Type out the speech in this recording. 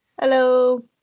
Hello